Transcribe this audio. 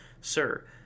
Sir